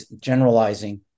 generalizing